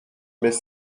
mais